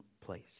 place